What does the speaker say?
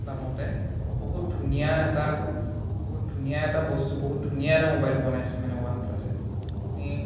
দামতে বহুত ধুনীয়া এটা বহুত ধুনীয়া এটা বস্তু বহুত ধুনীয়া এটা মোবাইল বনাইছে মানে ওৱান প্লাছে আপুনি